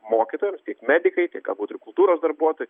mokytojams tiek medikai tiek galbūt ir kultūros darbuotojai